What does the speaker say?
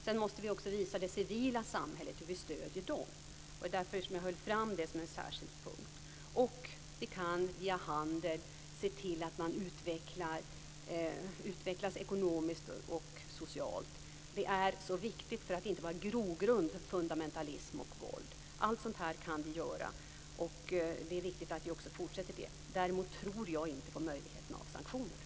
Sedan måste vi också visa det civila samhället hur vi stöder det. Därför höll jag fram det som en särskild punkt. Vi kan också via handel se till att man utvecklas ekonomiskt och socialt. Det är så viktigt för att inte skapa en grogrund för fundamentalism och våld. Allt sådant här kan vi göra, och det är viktigt att vi fortsätter med det. Däremot tror jag inte på möjligheten av sanktioner.